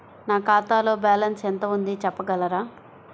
నా ఖాతాలో బ్యాలన్స్ ఎంత ఉంది చెప్పగలరా?